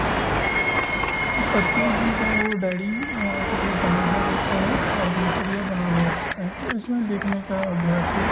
उससे प्रत्येक दिन का वह डायरी जो है बना हुआ रहता है और दिनचर्या बना हुआ रहता है तो इसमें लिखने का अभ्यास भी